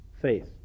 faith